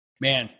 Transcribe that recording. Man